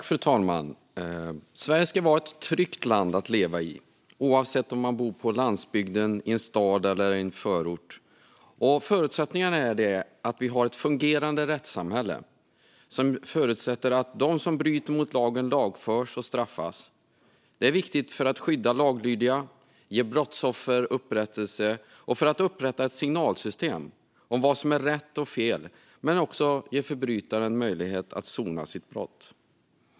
Fru talman! Sverige ska vara ett tryggt land att leva i, oavsett om man bor på landsbygden, i en stad eller i en förort. Ett fungerande rättssamhälle förutsätter att den som bryter mot lagen lagförs och straffas. Detta är viktigt för att skydda laglydiga, ge brottsoffer upprättelse och upprätta ett signalsystem för vad som är rätt och fel men också för att ge förbrytaren möjlighet att sona sitt brott.